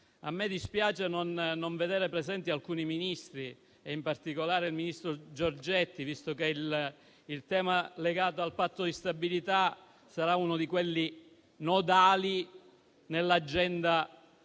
A me dispiace non vedere presenti alcuni Ministri, in particolare il ministro Giorgetti, visto che il tema legato al Patto di stabilità sarà uno di quelli nodali nell'agenda